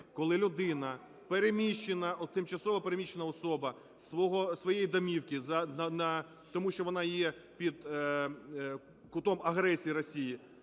Коли людина переміщена, тимчасово переміщена особа зі своєї домівки, тому що вона є під кутом агресії Росії,